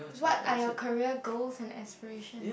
what are your career goals and aspiration